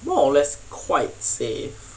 more or less quite say